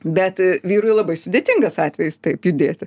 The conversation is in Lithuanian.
bet vyrui labai sudėtingas atvejis taip judėti